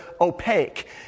opaque